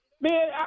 man